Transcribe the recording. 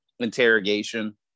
interrogation